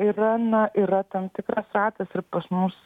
yra na yra tam tikras ratas ir pas mus